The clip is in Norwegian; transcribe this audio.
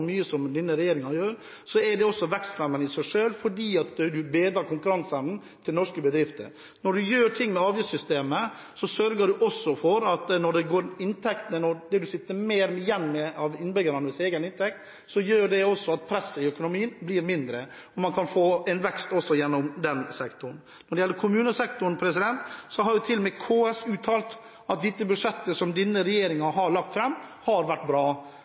mye som denne regjeringen gjør, er det også vekstfremmende i seg selv fordi man bedrer konkurranseevnen til norske bedrifter. Når man gjør ting med avgiftssystemet, sørger man også for at innbyggerne vil sitte igjen med mer av egen inntekt, og det gjør også at presset i økonomien blir mindre. Man kan få vekst også gjennom den sektoren. Når det gjelder kommunesektoren, har til og med KS uttalt at det budsjettet som denne regjeringen har lagt fram, har vært bra.